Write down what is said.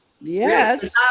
Yes